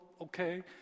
Okay